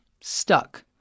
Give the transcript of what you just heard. stuck